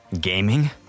Gaming